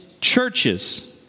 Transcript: churches